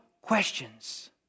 questions